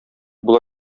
була